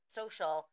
social